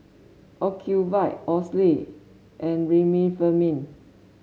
Ocuvite Oxy and Remifemin